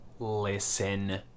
Listen